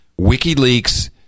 wikileaks